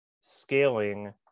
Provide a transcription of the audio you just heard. scaling